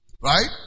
Right